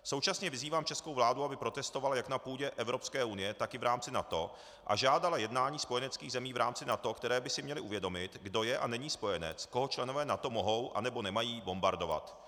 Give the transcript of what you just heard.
Současně vyzývám českou vládu, aby protestovala jak na půdě Evropské unie, tak i v rámci NATO a žádala jednání spojeneckých zemí v rámci NATO, které by si měly uvědomit, kdo je a není spojenec, koho členové NATO mohou, anebo nemají bombardovat.